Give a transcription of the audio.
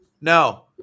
No